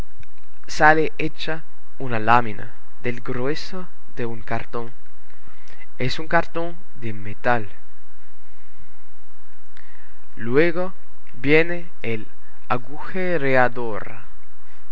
sale hecha una lámina del grueso de un cartón es un cartón de metal luego viene la agujereadora